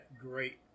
great